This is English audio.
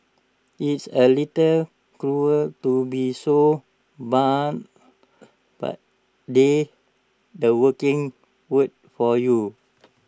it's A little cruel to be so blunt but that's the working world for you